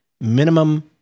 minimum